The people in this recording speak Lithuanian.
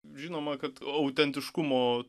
žinoma kad autentiškumo